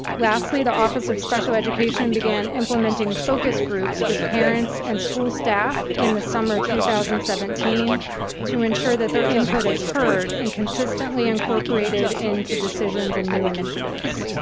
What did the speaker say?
lastly, the office of special education began implementing focus groups with parents and school staff in the summer of two thousand and seventeen to ensure that their input is heard and consistently incorporated into decisions and new initiatives.